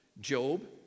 Job